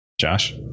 Josh